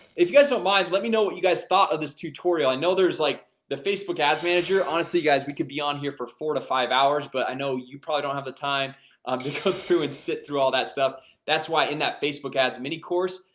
if you guys don't so mind let me know what you guys thought of this tutorial i know there's like the facebook ads manager. honestly guys we could be on here for four to five hours but i know you probably don't have the time um to go through and sit through all that stuff that's why in that facebook ads mini course.